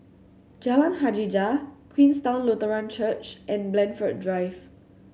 Jalan Hajijah Queenstown Lutheran Church and Blandford Drive